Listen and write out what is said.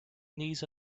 knees